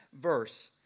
verse